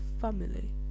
family